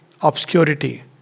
obscurity